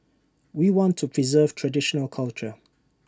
we want to preserve traditional culture